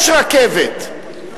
יש רכבת,